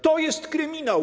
To jest kryminał.